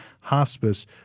Hospice